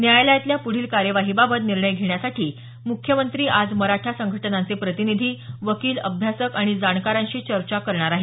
न्यायालातल्या पुढील कार्यवाहीबाबत निर्णय घेण्यासाठी मुख्यमंत्री आज मराठा संघटनांचे प्रतिनिधी वकील अभ्यासक आणि जाणकारांशी चर्चा करणार आहेत